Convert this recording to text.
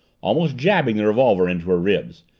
almost jabbing the revolver into her ribs.